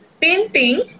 painting